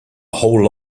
whole